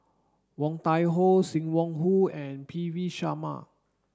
Woon Tai Ho Sim Wong Hoo and P V Sharma